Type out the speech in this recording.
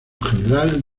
general